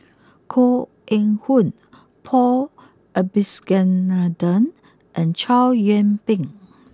Koh Eng Hoon Paul Abisheganaden and Chow Yian Ping